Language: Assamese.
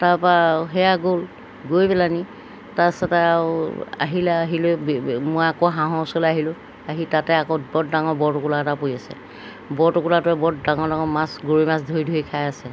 তাৰপৰা আৰু সেয়া গ'ল গৈ পেলানি তাৰপিছতে আৰু আহিলে আহি লৈ মই আকৌ হাঁহৰ ওচৰলৈ আহিলোঁ আহি তাতে আকৌ বৰ ডাঙৰ বৰটোকোলা এটা পৰি আছে বৰটোকোলাটোৱে বৰ ডাঙৰ ডাঙৰ মাছ গৰৈ মাছ ধৰি ধৰি খাই আছে